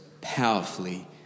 powerfully